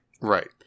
Right